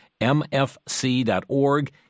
mfc.org